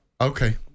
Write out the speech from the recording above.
Okay